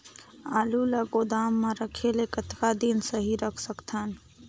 आलू ल गोदाम म रखे ले कतका दिन सही रख सकथन?